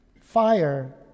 fire